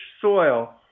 soil